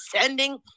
sending